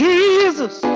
Jesus